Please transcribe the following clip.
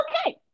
Okay